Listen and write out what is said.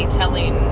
telling